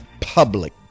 public